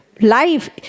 life